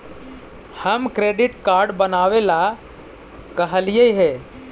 हम credit card बनावे ला कहलिऐ हे?